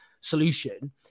solution